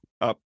up